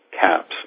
caps